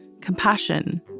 Compassion